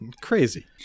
Crazy